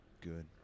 Good